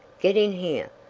get in here.